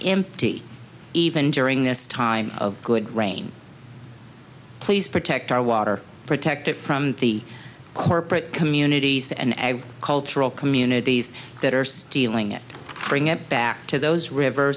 empty even during this time of good rain please protect our water protect it from the corporate communities and cultural communities that are stealing it bring it back to those river